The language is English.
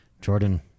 Jordan